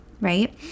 Right